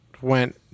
Went